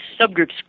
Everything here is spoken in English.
subgroups